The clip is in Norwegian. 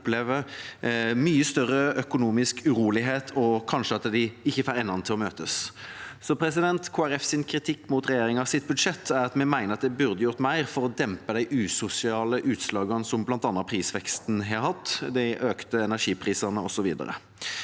opplever mye større økonomisk urolighet og kanskje at de ikke får endene til å møtes. Kristelig Folkepartis kritikk mot regjeringas budsjett er at vi mener de burde gjort mer for å dempe de usosiale utslagene som bl.a. prisveksten har hatt – de økte energiprisene osv.